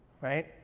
right